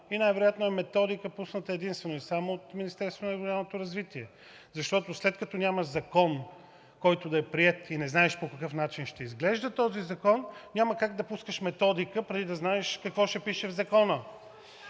и най-вероятно е методика, пусната единствено и само от Министерството на регионалното развитие. Защото, след като няма закон, който да е приет, и не знаеш по какъв начин ще изглежда този закон, няма как да пускаш методика, преди да знаеш какво ще пише в Закона.